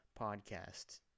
podcast